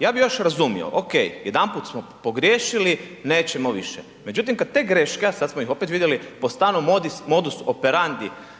ja bi još razumio, ok, jedanput smo pogriješili, nećemo više međutim kad te greške a sad smo ih opet vidjeli, po starom modusu operandi